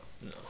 No